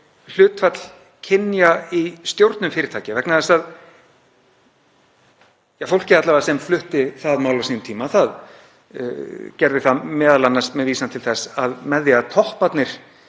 hlutfall kynja í stjórnum fyrirtækja vegna þess að alla vega fólkið sem flutti það mál á sínum tíma gerði það m.a. með vísan til þess að með því að topparnir